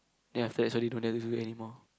then after that sorry don't dare to do it anymore